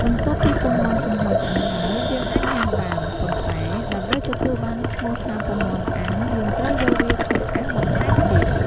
បន្ទាប់ពី ពងមាន់ចំហុយឆ្អិនហើយ យើងអាចញ៉ាំបាន ប៉ុន្តែដើម្បីទទួលបានឈ្មោះថាពងមាន់អាំងយើងត្រូវយកវាទៅអាំងបន្ថែមទៀត។